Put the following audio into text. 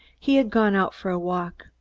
he had gone out for a walk.